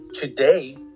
today